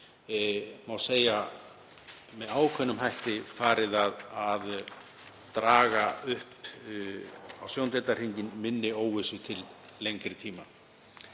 má segja að með ákveðnum hætti sé farið að draga upp á sjóndeildarhringinn minni óvissu til lengri tíma.